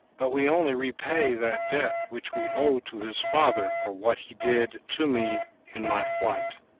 but we only repay that debt which we owe to his father for what he did to me in my flight.